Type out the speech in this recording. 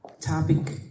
topic